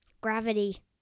Gravity